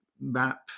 map